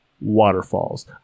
waterfalls